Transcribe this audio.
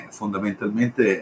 fondamentalmente